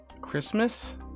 Christmas